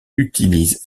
utilisent